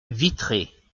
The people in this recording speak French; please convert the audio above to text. vitré